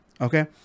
Okay